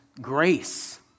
grace